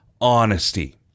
honesty